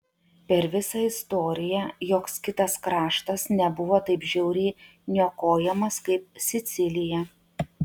per visą istoriją joks kitas kraštas nebuvo taip žiauriai niokojamas kaip sicilija